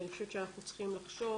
אני חושבת אנחנו צריכים לחשוב